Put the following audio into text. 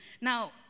now